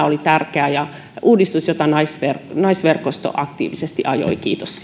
oli tärkeää ja uudistus jota naisverkosto naisverkosto aktiivisesti ajoi kiitos